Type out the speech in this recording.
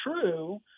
true